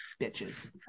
bitches